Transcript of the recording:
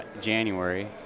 January